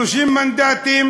30 מנדטים